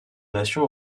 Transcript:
nations